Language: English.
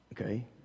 Okay